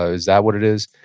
ah is that what it is?